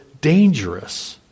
dangerous